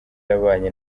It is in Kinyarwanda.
yabanye